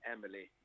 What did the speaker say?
Emily